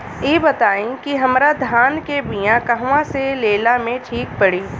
इ बताईं की हमरा धान के बिया कहवा से लेला मे ठीक पड़ी?